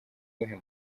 uwuhe